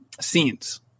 scenes